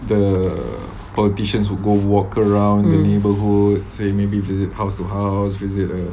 um